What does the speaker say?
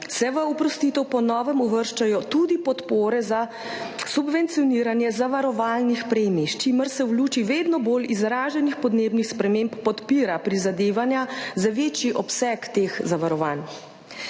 se v oprostitev po novem uvrščajo tudi podpore za subvencioniranje zavarovalnih premij, s čimer se v luči vedno bolj izraženih podnebnih sprememb podpira prizadevanja za večji obseg teh zavarovanj.